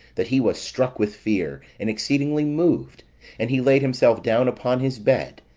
that he was struck with fear, and exceedingly moved and he laid himself down upon his bed,